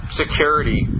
security